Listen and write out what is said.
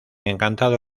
encantado